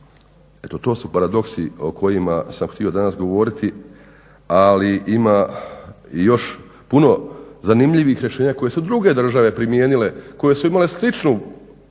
Eto to su paradoksi o kojima sam htio danas govoriti, ali ima i još puno zanimljivih rješenja koje su druge države primijenile, koje su imale sličnu